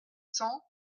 cents